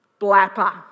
blapper